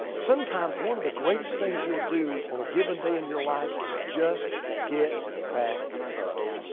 sometimes one of the greatest things you'll do on a given day in your life is just get back up.